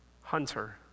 Hunter